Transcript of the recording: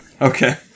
Okay